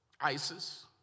ISIS